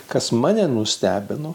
kas mane nustebino